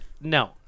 No